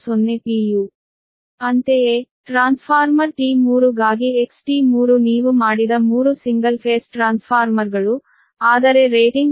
ಅಂತೆಯೇ transformer T3 ಗಾಗಿ XT3 ನೀವು ಮಾಡಿದ 3 ಸಿಂಗಲ್ ಫೇಸ್ ಟ್ರಾನ್ಸ್ಫಾರ್ಮರ್ಗಳು ಆದರೆ ರೇಟಿಂಗ್ ಪ್ರತಿ ಯೂನಿಟ್ ಇದು 0